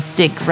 dig